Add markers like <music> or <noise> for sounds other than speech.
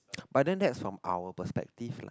<noise> but then that's from our perspective lah